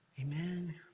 Amen